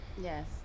yes